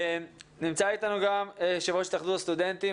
נמצא איתנו גם יושב-ראש התאחדות הסטודנטים,